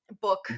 Book